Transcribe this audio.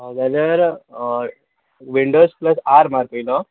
जाल्यार Windows plus R मार पयलो